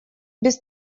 без